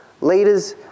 Leaders